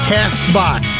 CastBox